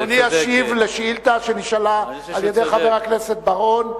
אדוני ישיב על שאילתא שנשאלה על-ידי חבר הכנסת בר-און.